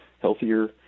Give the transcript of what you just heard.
healthier